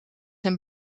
een